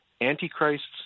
antichrists